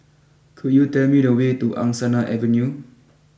could you tell me the way to Angsana Avenue